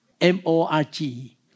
M-O-R-G